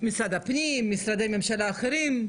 במשרד הפנים, במשרדי ממשלה אחרים,